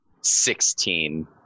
Sixteen